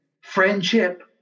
friendship